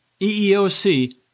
EEOC